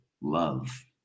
love